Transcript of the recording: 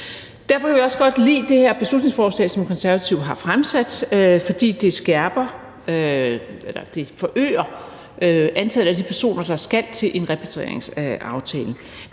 Derfor kan vi også godt lide det her beslutningsforslag, som Konservative har fremsat, fordi det forøger antallet af de personer, der skal til en repatrieringssamtale.